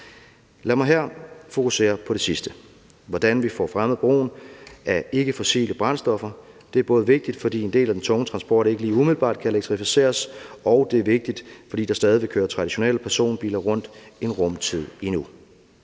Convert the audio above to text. Lad mig her fokusere på det sidste, nemlig hvordan vi får fremmet brugen af ikkefossile brændstoffer. Det er både vigtigt, fordi en del af den tunge transport ikke lige umiddelbart kan elektrificeres, og det er vigtigt, fordi der stadig vil køre traditionelle personbiler rundt en rum tid endnu.